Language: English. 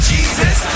Jesus